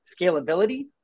scalability